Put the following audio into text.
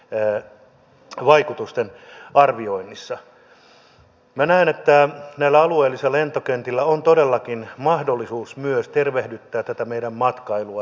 minä näen että näillä alueellisilla lentokentillä on todellakin mahdollisuus myös tervehdyttää tätä meidän matkailua